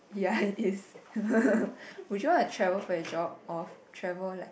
ya it is would you want travel for your job or travel like